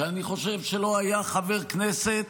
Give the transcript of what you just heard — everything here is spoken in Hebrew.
שאני חושב שלא היה חבר כנסת